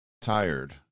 tired